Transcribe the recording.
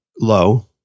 low